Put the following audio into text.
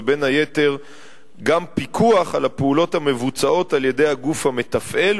ובין היתר גם הפיקוח על הפעולות המבוצעות על-ידי הגוף המתפעל,